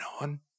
on